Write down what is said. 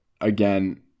again